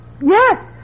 Yes